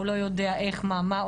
הוא לא יודע איך ומה לעשות,